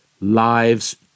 lives